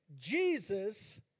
Jesus